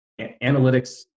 analytics